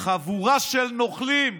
"חבורה של נוכלים,